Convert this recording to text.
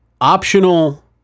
Optional